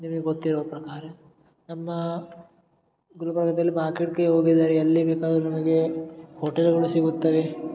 ನಿಮಗೆ ಗೊತ್ತಿರೋ ಪ್ರಕಾರ ನಮ್ಮ ಗುಲ್ಬರ್ಗದಲ್ಲಿ ಮಾರ್ಕೆಟ್ಗೆ ಹೋಗಿದರೆ ಎಲ್ಲಿ ಬೇಕಾದರೂ ನಮಗೆ ಹೋಟೆಲ್ಗಳು ಸಿಗುತ್ತವೆ